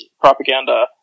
propaganda